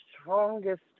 strongest